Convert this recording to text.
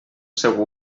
seu